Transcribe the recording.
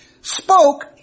spoke